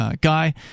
guy